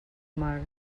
mar